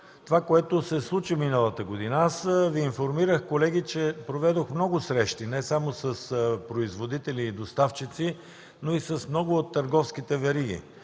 това, което се случи миналата година. Аз, колеги, Ви информирах, че проведох много срещи – не само с производители и с доставчици, но и с много от търговските вериги.